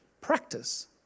practice